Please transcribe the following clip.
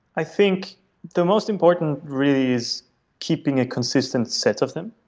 i think the most important really is keeping a consistent set of them,